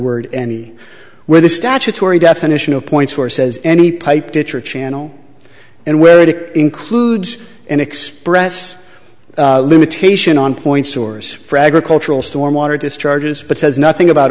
word and where the statutory definition of points for says any pipe ditch or channel and where it includes an express limitation on points stores for agricultural storm water discharges but says nothing about